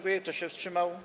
Kto się wstrzymał?